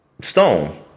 Stone